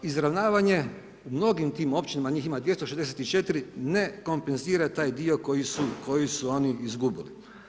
Izravnavanje u mnogim tim općinama, njih ima 264 ne kompenzira taj dio koji su oni izgubili.